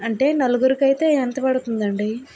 అంటే నలుగురికి అయితే ఎంత పడుతుంది అండి